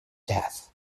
death